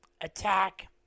attack